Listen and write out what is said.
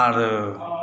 आर